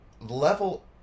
level